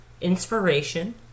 inspiration